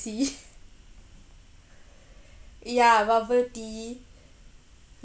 ya bubble tea